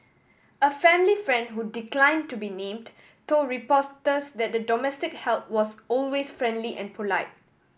a family friend who declined to be named told reporters that the domestic help was always friendly and polite